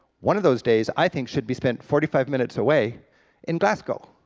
one of those days, i think, should be spent forty five minutes away in glasgow.